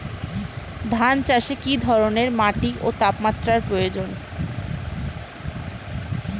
ধান চাষে কী ধরনের মাটি ও তাপমাত্রার প্রয়োজন?